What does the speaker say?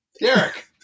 Derek